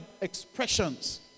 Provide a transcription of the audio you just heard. expressions